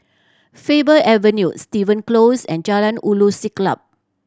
Faber Avenue Steven Close and Jalan Ulu Siglap